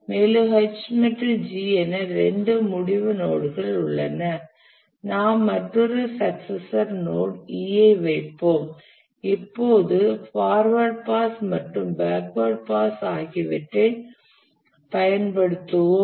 மேலும் H மற்றும் G என இரண்டு முடிவு நோட் கள் உள்ளன நாம் மற்றொரு சக்சசர் நோட் E ஐ வைப்போம் இப்போது பார்வேர்ட் பாஸ் மற்றும் பேக்வேர்ட் பாஸ் ஆகியவற்றைப் பயன்படுத்துவோம்